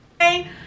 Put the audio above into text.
Hey